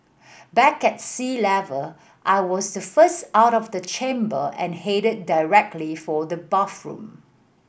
back at sea level I was the first out of the chamber and headed directly for the bathroom